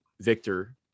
Victor